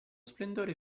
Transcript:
splendore